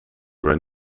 run